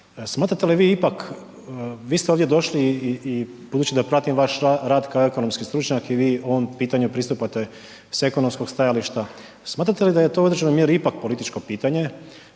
Smatrate li vi ipak, vi ste ovdje došli i budući da pratim vas rad kao ekonomski stručnjak i vi ovom pitanju pristupate sa ekonomskog stajališta, smatrate li da je to u određenoj mjeri ipak političko pitanje